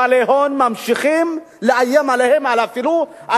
בעלי הון ממשיכים לאיים עליהן אפילו על